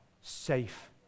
safe